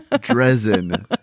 Dresden